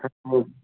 ठक मोदी